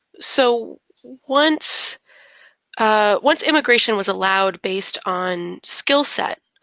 so once ah once immigration was allowed based on skill set,